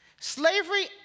Slavery